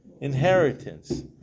inheritance